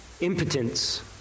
impotence